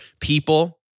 people